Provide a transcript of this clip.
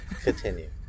Continue